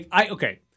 Okay